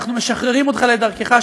אנחנו משחררים אותך לדרכך,